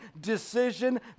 decision